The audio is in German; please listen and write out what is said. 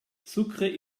sucre